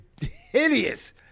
hideous